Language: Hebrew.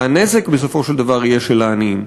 והנזק בסופו של דבר יהיה של העניים.